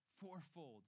fourfold